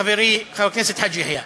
חברי חבר הכנסת חאג' יחיא,